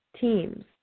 teams